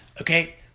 okay